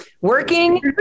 Working